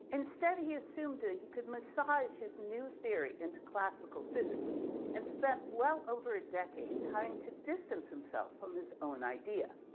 instead he assumed that he could massage is new theory into classical physics and spent well over a decade trying together distance himself from his own idea.